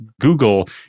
Google